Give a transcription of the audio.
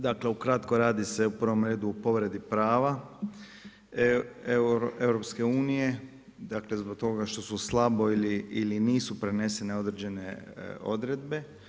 Dakle ukratko radi se u prvom redu o povredi prava EU, dakle zbog toga što su slabo ili nisu prenesene određene odredbe.